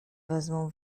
wezmą